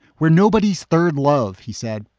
we're nobody's third love he said.